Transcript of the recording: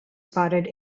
spotted